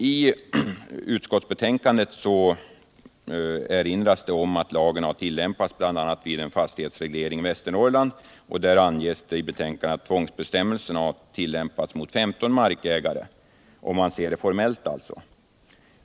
I utskottsbetänkandet erinras om att lagen har tillämpats bl.a. vid en fastighetsreglering i Västernorrland. Det anförs i betänkandet att tvångsbestämmelserna har tillämpats mot femton markägare, om man ser det formellt alltså.